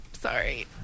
sorry